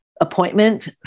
appointment